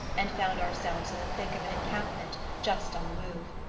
and found ourselves in the thick of an encampment just on the move.